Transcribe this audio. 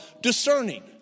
discerning